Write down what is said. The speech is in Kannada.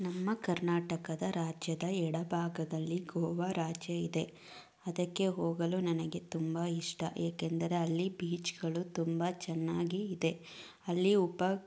ನಮ್ಮ ಕರ್ನಾಟಕದ ರಾಜ್ಯದ ಎಡ ಭಾಗದಲ್ಲಿ ಗೋವಾ ರಾಜ್ಯ ಇದೆ ಅದಕ್ಕೆ ಹೋಗಲು ನನಗೆ ತುಂಬ ಇಷ್ಟ ಏಕೆಂದರೆ ಅಲ್ಲಿ ಬೀಚ್ಗಳು ತುಂಬ ಚೆನ್ನಾಗಿ ಇದೆ ಅಲ್ಲಿ ಉಪ